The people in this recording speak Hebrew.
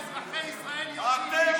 ככה אזרחי ישראל יודעים, שונאי ישראל.